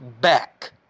back